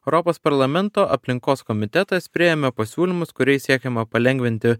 europos parlamento aplinkos komitetas priėmė pasiūlymus kuriais siekiama palengvinti